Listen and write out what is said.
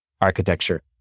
architecture